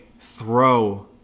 throw